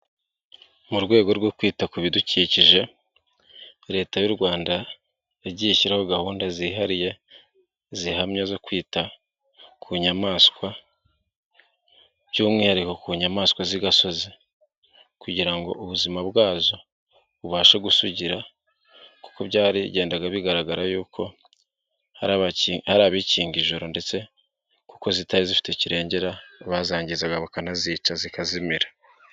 Mu rwego rwo kwita ku bidukikije leta y'u Rwanda yagiye ishyiraho gahunda zihariye zihamye zo kwita ku nyamaswa, by'umwihariko ku nyamaswa z'igasozi kugira ngo ubuzima bwazo bubashe gusugira kuko byagendaga bigaragara yuko, hari abikinga ijoro ndetse kuko zitari zifite kirengera, bazangizaga bakanazica zikazimira.